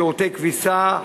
שירותי כביסה,